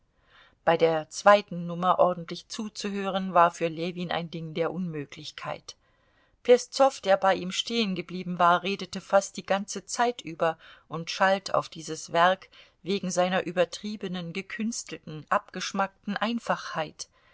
bei der zweiten nummer ordentlich zuzuhören war für ljewin ein ding der unmöglichkeit peszow der bei ihm stehengeblieben war redete fast die ganze zeit über und schalt auf dieses werk wegen seiner übertriebenen gekünstelten abgeschmackten einfachheit